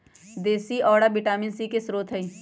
देशी औरा vitamin C के स्रोत हई